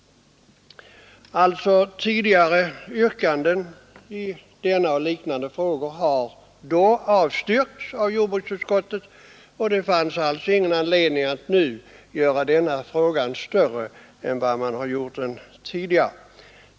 Tidigare yrkanden i denna och liknande frågor har avstyrkts av jordbruksutskottet, och det fanns alltså ingen anledning att nu göra denna fråga större än den varit tidigare.